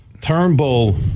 Turnbull